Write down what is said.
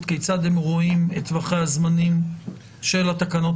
כיצד הם רואים את טווחי הזמנים של התקנות